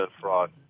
fraud